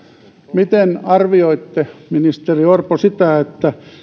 miten arvioitte ministeri orpo sitä